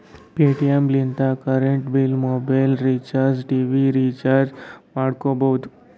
Paytm ಲಿಂತ current bill, mobile recharge, TV ರಿಚಾರ್ಜನೂ ಮಾಡ್ಕೋಬೋದು